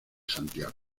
santiago